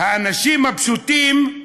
האנשים הפשוטים,